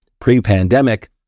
pre-pandemic